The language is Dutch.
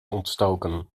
ontstoken